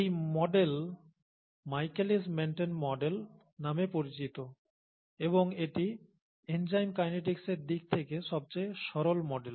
এই model Michaelis Menten model নামে পরিচিত এবং এটি এনজাইম কাইনেটিক্সের দিক থেকে সবচেয়ে সরল মডেল